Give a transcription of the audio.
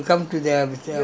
royal diamond